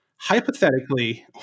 hypothetically